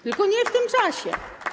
Tylko nie w tym czasie.